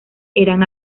eran